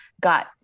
got